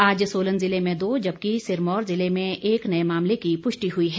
आज सोलन जिले में दो जबकि सिरमौर ज़िले में एक नए मामले की पुष्टि हुई है